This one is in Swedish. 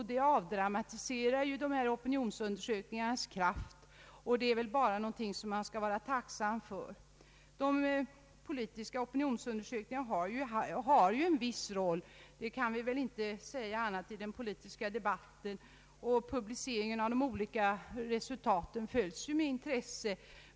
Därigenom avdramatiseras kraften hos dessa opinionsundersökningar, vilket man väl skall vara tacksam för. De politiska opinionsundersökningarna spelar ju en viss roll i den politiska debatten och publiceringen av de olika resultaten följs med intresse.